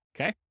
Okay